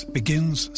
begins